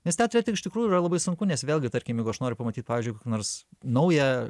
nes teatre tai iš tikrųjų yra labai sunku nes vėlgi tarkimejeigu aš noriu pamatyt pavyzdžiuikokią nors naują